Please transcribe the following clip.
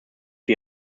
für